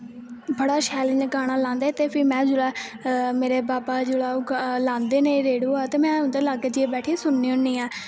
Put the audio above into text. बड़ा शैल इ'यां गाना लांदे ते फिर जिसलै में इ'यां मेरे बाबा जिसलै लांदे न रेडूआ ते में उं'दे लाग्गै बैठियै सुननी होन्नी ऐं